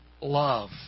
love